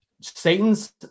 Satan's